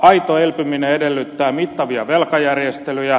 aito elpyminen edellyttää mittavia velkajärjestelyjä